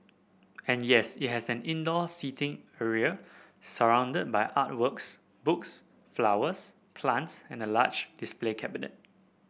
and yes it has an indoor seating area surrounded by art works books flowers plants and a large display cabinet